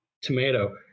tomato